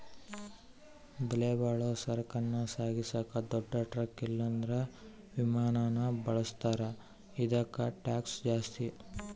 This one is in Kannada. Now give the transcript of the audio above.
ಬೆಲೆಬಾಳೋ ಸರಕನ್ನ ಸಾಗಿಸಾಕ ದೊಡ್ ಟ್ರಕ್ ಇಲ್ಲಂದ್ರ ವಿಮಾನಾನ ಬಳುಸ್ತಾರ, ಇದುಕ್ಕ ಟ್ಯಾಕ್ಷ್ ಜಾಸ್ತಿ